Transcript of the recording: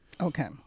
okay